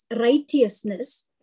righteousness